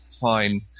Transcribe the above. fine